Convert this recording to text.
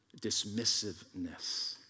dismissiveness